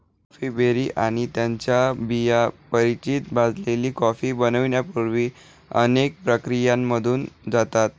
coffee berry आणि त्यांच्या बिया परिचित भाजलेली कॉफी बनण्यापूर्वी अनेक प्रक्रियांमधून जातात